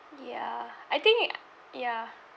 ya I think ya